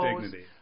dignity